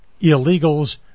illegals